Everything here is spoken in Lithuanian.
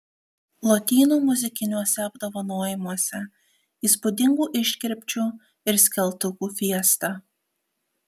lotynų muzikiniuose apdovanojimuose įspūdingų iškirpčių ir skeltukų fiesta